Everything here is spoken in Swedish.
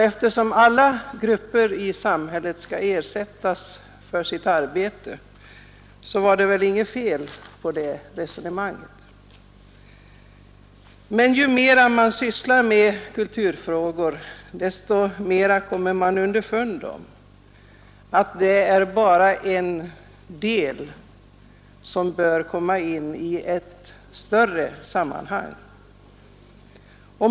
Eftersom alla grupper i samhället skall ersättas för sitt arbete, var det väl inget fel på det resonemanget, men ju mera man sysslar med kulturfrågor, desto mera kommer man underfund med att den saken bara är en del i ett större sammanhang.